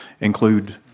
include